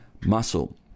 muscle